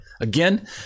Again